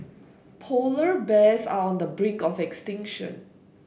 polar bears are on the brink of extinction